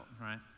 right